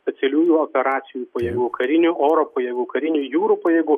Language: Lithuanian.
specialiųjų operacijų pajėgų karinių oro pajėgų karinių jūrų pajėgų